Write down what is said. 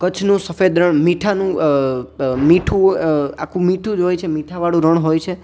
કચ્છનું સફેદ રણ મીઠાનું મીઠું આખું મીઠું જ હોય છે મીઠાવાળું રણ હોય છે